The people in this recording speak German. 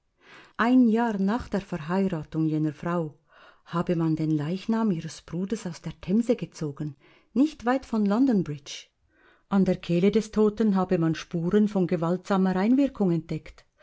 ein jahr nach der verheiratung jener frau habe man den leichnam ihres bruders aus der themse gezogen nicht weit von london bridge an der kehle des toten habe man spuren von gewaltsamer einwirkung entdeckt